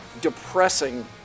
depressing